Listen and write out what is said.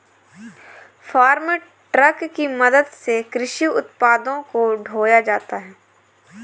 farm truck की मदद से कृषि उत्पादों को ढोया जाता है